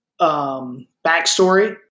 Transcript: backstory